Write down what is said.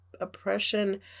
oppression